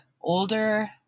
older